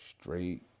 straight